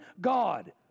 God